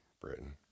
Britain